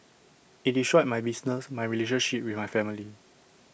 IT destroyed my business my relationship with my family